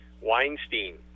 Weinstein